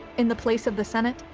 in the place of the senate,